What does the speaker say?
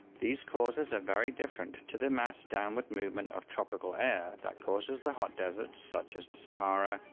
these causes are very different to the mass downward movement of tropical air that causes the hot deserts such as the sahara,